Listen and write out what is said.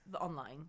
online